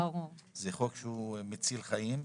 זה חוק שהוא מציל חיים.